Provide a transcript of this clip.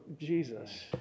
Jesus